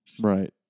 Right